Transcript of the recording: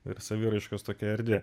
ir saviraiškos tokia erdvė